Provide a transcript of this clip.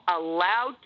allowed